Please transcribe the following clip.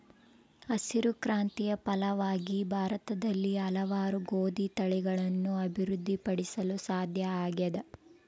ಹಸಿರು ಕ್ರಾಂತಿಯ ಫಲವಾಗಿ ಭಾರತದಲ್ಲಿ ಹಲವಾರು ಗೋದಿ ತಳಿಗಳನ್ನು ಅಭಿವೃದ್ಧಿ ಪಡಿಸಲು ಸಾಧ್ಯ ಆಗ್ಯದ